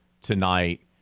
tonight